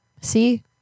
See